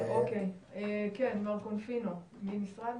מר קונפינו, ממשרד